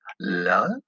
love